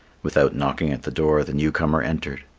without knocking at the door, the new-comer entered.